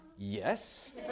Yes